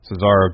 Cesaro